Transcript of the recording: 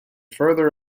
further